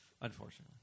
Unfortunately